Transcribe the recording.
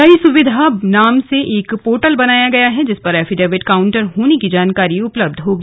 नई सुविधा नाम से एक पोर्टल बनाया गया है जिस पर एफिडेविट काउंटर होने की जानकारी उपलब्ध होगी